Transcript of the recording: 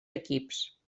equips